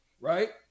right